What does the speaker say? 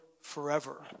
forever